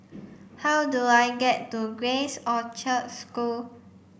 how do I get to Grace Orchard School